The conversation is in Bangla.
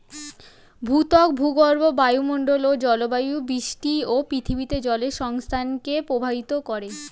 ভূত্বক, ভূগর্ভ, বায়ুমন্ডল ও জলবায়ু বৃষ্টি ও পৃথিবীতে জলের সংস্থানকে প্রভাবিত করে